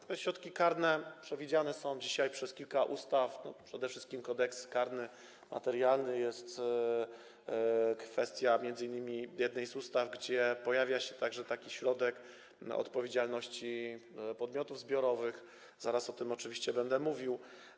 Te środki karne przewidziane są dzisiaj przez kilka ustaw, przede wszystkim kodeks karny materialny, jest kwestia m.in. jednej z ustaw, gdzie pojawia się także środek odpowiedzialności podmiotów zbiorowych, zaraz o tym oczywiście będę mówił.